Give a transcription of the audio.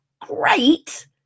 great